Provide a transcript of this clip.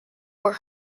were